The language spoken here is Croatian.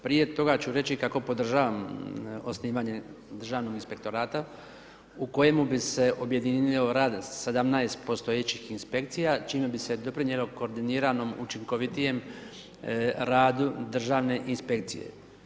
Prije toga ću reći kako podržavam osnivanje Državnog inspektorata u kojemu bi se objedinio rad 17 postojećih inspekcija, čime bi se doprinijelo koordiniranom učinkovitijem radu Državne inspekcije.